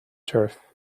turf